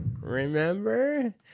Remember